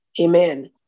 amen